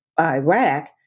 Iraq